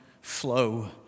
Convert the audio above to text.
flow